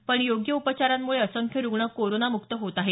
पण योग्य उपचारांमुळे असंख्य रुग्ण कोरोनामुक्त होत आहेत